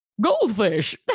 Goldfish